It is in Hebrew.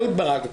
אהוד ברק,